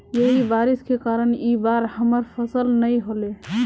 यही बारिश के कारण इ बार हमर फसल नय होले?